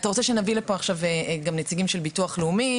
אתה רוצה שנביא לפה גם נציגים של ביטוח לאומי